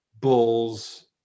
Bulls